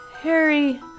...Harry